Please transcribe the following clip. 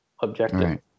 objective